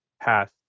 pass